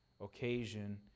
occasion